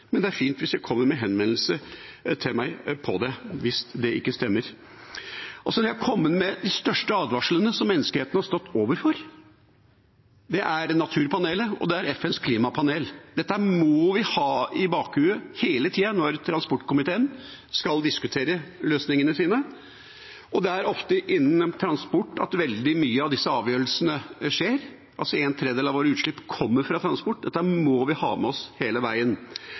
men det er fint hvis det kommer en henvendelse til meg om det hvis det ikke stemmer. Naturpanelet og FNs klimapanel har kommet med de største advarslene som menneskeheten har stått overfor. Dette må vi ha i bakhodet hele tida når transportkomiteen skal diskutere løsningene sine. Det er ofte innen transport at veldig mange av disse avgjørelsene tas. En tredel av utslippene våre kommer fra transport, dette må vi ha med oss hele veien.